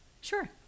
Sure